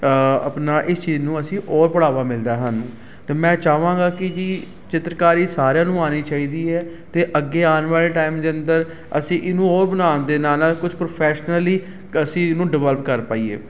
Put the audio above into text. ਆਪਣਾ ਇਸ ਚੀਜ਼ ਨੂੰ ਅਸੀਂ ਔਰ ਬੜਾਵਾ ਮਿਲਦਾ ਸਾਨੂੰ ਅਤੇ ਮੈਂ ਚਾਹਵਾਂਗਾ ਕਿ ਜੀ ਚਿੱਤਰਕਾਰੀ ਸਾਰਿਆਂ ਨੂੰ ਆਉਣੀ ਚਾਹੀਦੀ ਹੈ ਅਤੇ ਅੱਗੇ ਆਉਣ ਵਾਲੇ ਟਾਈਮ ਦੇ ਅੰਦਰ ਅਸੀਂ ਇਹਨੂੰ ਉਹ ਬਣਾਉਣ ਦੇ ਨਾਲ ਨਾਲ ਕੁਛ ਪ੍ਰੋਫੈਸ਼ਨਲ ਅਸੀਂ ਇਹਨੂੰ ਡਿਵੈਲਪ ਕਰ ਪਾਈਏ